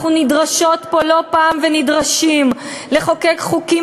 אנחנו נדרשות ונדרשים פה לא פעם לחוקק חוקים